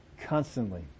Constantly